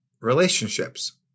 relationships